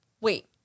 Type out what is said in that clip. wait